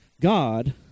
God